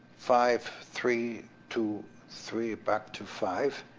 five, three, two, three, back to five,